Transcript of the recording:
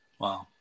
Wow